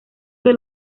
que